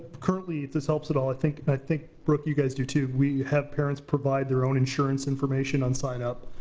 currently, if this helps at all, think think brooke you guys do too, we have parents provide their own insurance information on signup.